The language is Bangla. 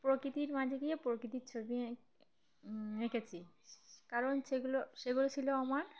প্রকৃতির মাঝে গিয়ে প্রকৃতির ছবিঁ এঁকেছি কারণ সেগুলো সেগুলো ছিলো আমার